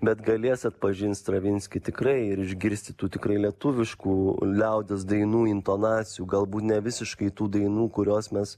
bet galės atpažint stravinskį tikrai ir išgirsti tų tikrai lietuviškų liaudies dainų intonacijų galbūt ne visiškai tų dainų kurios mes